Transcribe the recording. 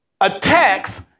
attacks